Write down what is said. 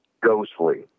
ghostly